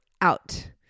out